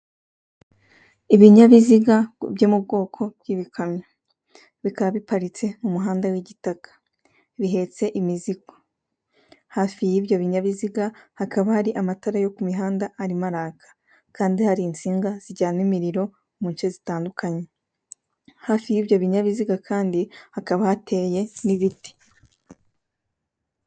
Ibinyabiziga byo mu bwoko bw'ibikamyo, bikaba biparitse mu muhanda w'igitaka. Bihetse imizigo. Hafi y'ibyo binyabiziga hakaba hari amatara yo ku mihanda arimo araka. Kandi hari insinga zijyana imiriro mu nce zitandukanye. Hafi y'ibyo binyabiziga kandi hakaba hateye n'ibiti.